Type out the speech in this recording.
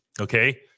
okay